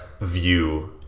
view